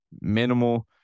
minimal